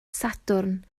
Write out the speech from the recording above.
sadwrn